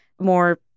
more